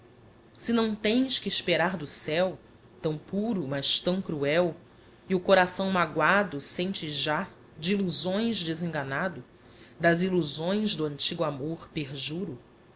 se não tens que esperar do céo tão puro mas tão cruel e o coração magoado sentes já de illusões desenganado das illusões do antigo amor perjuro